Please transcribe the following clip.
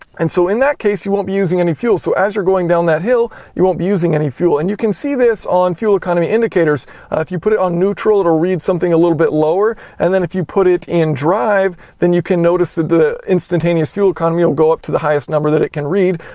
and so in that case you won't be using any fuel. so as you're going down that hill you won't be using any fuel. and you can see this on fuel economy indicators if you put it on neutral, it'll read something a little bit lower and then if you put it in drive, then you can notice the instantanious fuel economy will go up to the highest number that it can read.